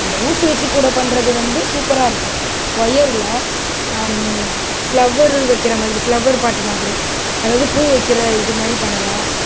அந்த ஊசி வச்சி கூடை பண்ணுறது வந்து சூப்பராக இருக்கும் ஒயரில் அந் ஃப்ளவரு வைக்கிறமாதிரி ஃப்ளவர் பாட்டு மாதிரி அதாவது பூ வைக்கிற இதுமாதிரி பண்ணலாம்